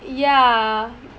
ya